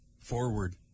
forward